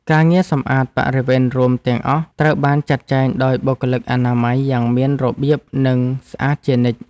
ការងារសម្អាតបរិវេណរួមទាំងអស់ត្រូវបានចាត់ចែងដោយបុគ្គលិកអនាម័យយ៉ាងមានរបៀបនិងស្អាតជានិច្ច។